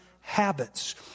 habits